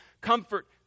comfort